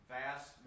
vast